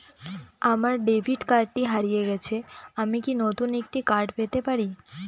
আমার ডেবিট কার্ডটি হারিয়ে গেছে আমি কি নতুন একটি কার্ড পেতে পারি?